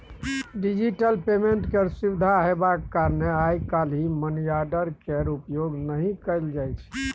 digital payment केर सुविधा हेबाक कारणेँ आइ काल्हि मनीआर्डर केर प्रयोग नहि कयल जाइ छै